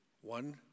One